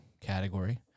category